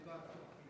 תודה רבה.